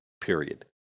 period